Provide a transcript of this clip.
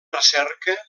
recerca